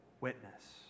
witness